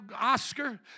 Oscar